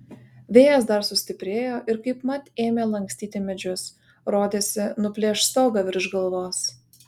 vėjas dar sustiprėjo ir kaipmat ėmė lankstyti medžius rodėsi nuplėš stogą virš galvos